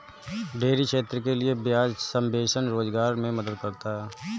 dairy क्षेत्र के लिये ब्याज सबवेंशन रोजगार मे मदद करता है